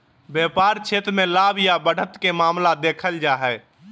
व्यापार क्षेत्र मे लाभ या बढ़त के मामला देखल जा हय